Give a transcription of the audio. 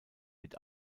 mit